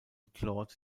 claude